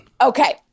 okay